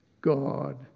God